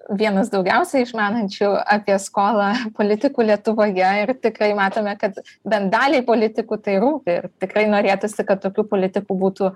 vienas daugiausiai išmanančių apie skolą politikų lietuvoje ir tikrai matome kad bent daliai politikų tai rūpi ir tikrai norėtųsi kad tokių politikų būtų